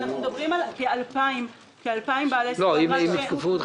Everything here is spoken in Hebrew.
אנחנו מדברים על כ-2,000 בעלי זכויות,